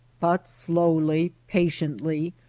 but slowly, patiently,